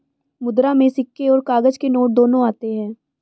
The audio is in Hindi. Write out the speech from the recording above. मुद्रा में सिक्के और काग़ज़ के नोट दोनों आते हैं